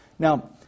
Now